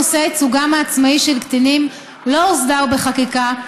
נושא ייצוגם העצמאי של קטינים לא הוסדר בחקיקה,